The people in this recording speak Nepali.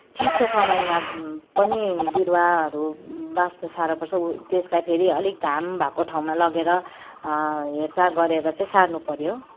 चिसो समयमा पनि बिरूवाहरू बाँच्नु साह्रो पर्छ त्यसलाई फेरि अलिक घाम भएको ठाउँमा लगेर हेरचाह गरेर चाहिँ सार्नु पऱ्यो